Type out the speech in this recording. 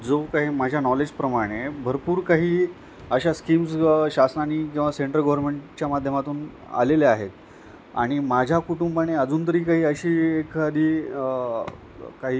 जो काही माझ्या नॉलेजप्रमाणे भरपूर काही अशा स्किम्ज् शासनाने किंवा सेंट्रल घोर्मेंटच्या माध्यमातून आलेल्या आहेत आणि माझ्या कुटुंबाने अजून तरी काही अशी एखादी काही